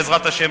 בעזרת השם,